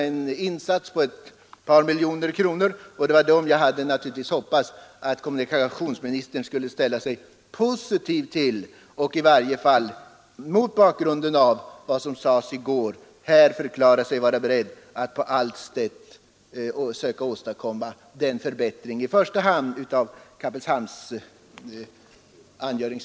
En insats på ett par miljoner kronor skulle behövas, och det var dem jag naturligtvis hade hoppats att kommunikationsministern skulle ställa sig positiv till och, i varje fall mot bakgrund av vad som sades i går, förklara sig beredd att på något sätt försöka åstadkomma en förbättring, i första hand av Kappelshamn.